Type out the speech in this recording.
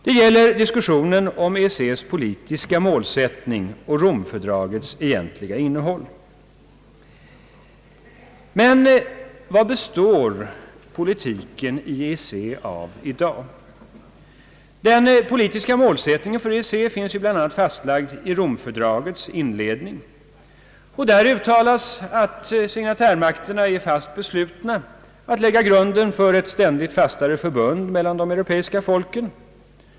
Det gäller EEC:s politiska målsättning och Rom-fördragets egentliga innehåll. Vad består politiken i EEC av? Den politiska målsättningen för EEC finns bl.a. fastlagd i Rom-fördragets inledning. Där uttalas att signatärmakterna är fast beslutna att lägga grunden för ett ständigt fastare förbund mellan de Ang. Sveriges handelspolitik europeiska folken.